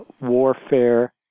warfare